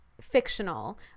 fictional